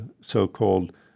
so-called